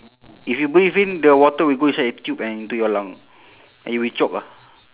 if you breathe in the water will go inside the tube and into your lung and you will choke ah